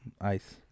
ice